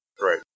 Right